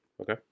Okay